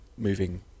moving